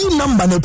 number